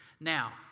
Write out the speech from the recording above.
Now